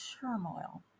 turmoil